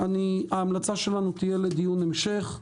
ההמלצה שלנו תהיה לדיון המשך.